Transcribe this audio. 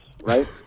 Right